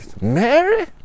Mary